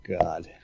God